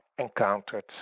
encountered